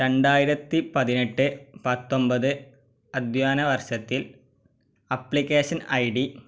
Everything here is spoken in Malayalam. രണ്ടായിരത്തി പതിനെട്ട് പത്തൊൻപത് അദ്ധ്യായന വർഷത്തിൽ ആപ്ലിക്കേഷൻ ഐ ഡി